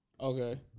Okay